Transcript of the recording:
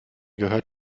gehört